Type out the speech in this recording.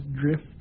drift